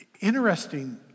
interesting